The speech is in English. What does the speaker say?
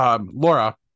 Laura